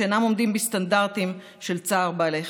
שאינם עומדים בסטנדרטים של צער בעלי חיים.